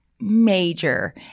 major